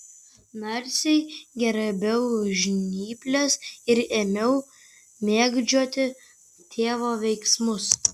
narsiai griebiau žnyples ir ėmiau mėgdžioti tėvo veiksmus